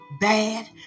Bad